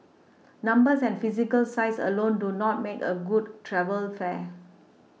numbers and physical size alone do not make a good travel fair